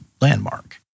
landmark